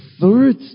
third